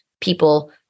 people